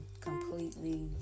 completely